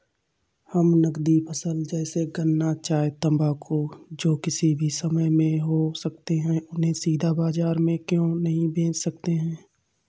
हम नगदी फसल जैसे गन्ना चाय तंबाकू जो किसी भी समय में हो सकते हैं उन्हें सीधा बाजार में क्यो नहीं बेच सकते हैं?